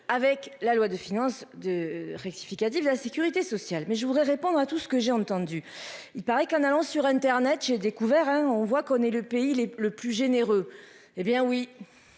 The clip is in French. Avec la loi de finances 2 rectificatif de la Sécurité sociale mais je voudrais répondre à tout ce que j'ai entendu. Il paraît qu'en allant sur internet, j'ai découvert un on voit qu'on est le pays, il est le plus généreux. Eh bien oui,